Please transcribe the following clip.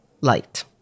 light